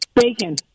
Bacon